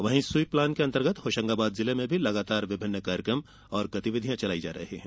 वहीं sweep plan के अंतर्गत होशंगाबाद जिले में लगातार विभिन्न कार्यक्रम और गतिविधियां चलायी जा रही हैं